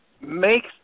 makes